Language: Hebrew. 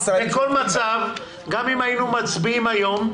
ברור, בכל מצב, גם אם היינו מצביעים היום,